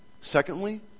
Secondly